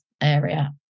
area